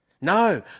No